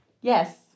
Yes